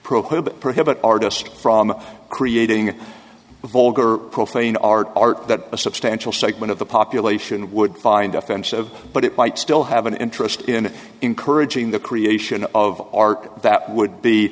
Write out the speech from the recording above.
prohibit prohibit artists from creating a vulgar profane art art that a substantial segment of the population would find offensive but it might still have an interest in encouraging the creation of ark that would be